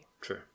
True